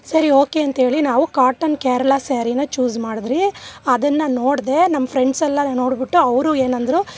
ಸರಿ ಓಕೆ ಅಂತೇಳಿ ನಾವು ಕಾಟನ್ ಕೇರಳ ಸಾರೀನ ಚೂಸ್ ಮಾಡಿದ್ರಿ ಅದನ್ನು ನೋಡಿದೆ ನಮ್ಮ ಫ್ರೆಂಡ್ಸ್ ಎಲ್ಲ ನೋಡಿಬಿಟ್ಟು ಅವರು ಏನಂದ್ರು